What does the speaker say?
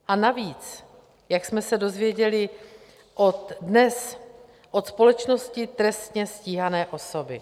A navíc, jak jsme se dozvěděli dnes, od společnosti trestně stíhané osoby.